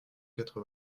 quatre